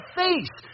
face